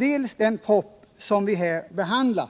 dels på den proposition som vi nu behandlar.